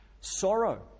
sorrow